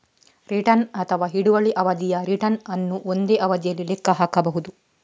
return ಅಥವಾ ಹಿಡುವಳಿ ಅವಧಿಯ ರಿಟರ್ನ್ ಅನ್ನು ಒಂದೇ ಅವಧಿಯಲ್ಲಿ ಲೆಕ್ಕ ಹಾಕಬಹುದು